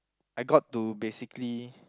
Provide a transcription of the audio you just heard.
I got to basically